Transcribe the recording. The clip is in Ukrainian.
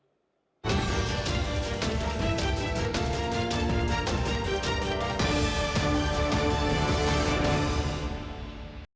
Дякую,